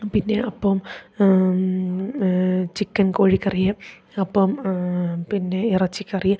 പിന്നെ അപ്പം ചിക്കൻ കോഴിക്കറിയും അപ്പവും പിന്നെ ഇറച്ചിക്കറി